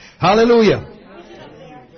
Hallelujah